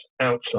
outside